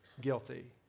Guilty